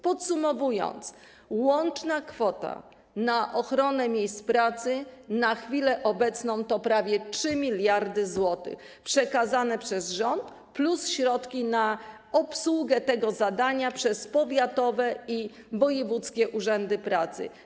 Podsumowując, łączna kwota na ochronę miejsc pracy na chwilę obecną to prawie 3 mld zł przekazane przez rząd plus środki na obsługę tego zadania przez powiatowe i wojewódzkie urzędy pracy.